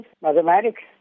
mathematics